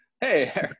hey